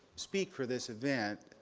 speak for this event,